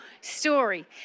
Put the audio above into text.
story